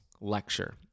lecture